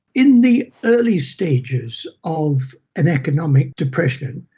in the early stages of an economic depression,